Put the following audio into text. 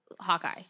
Hawkeye